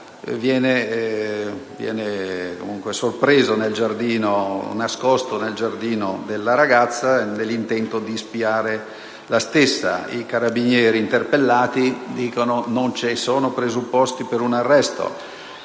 viene sorpreso nascosto nel giardino della ragazza con l'intento di spiarla. I carabinieri, interpellati, dicono che non ci sono i presupposti per un arresto.